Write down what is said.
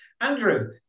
Andrew